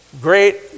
great